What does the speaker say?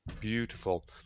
Beautiful